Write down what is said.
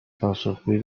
پاسخگویی